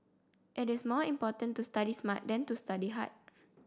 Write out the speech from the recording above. it is more important to study smart than to study hard